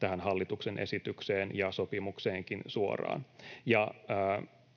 tähän hallituksen esitykseen ja sopimukseenkin suoraan.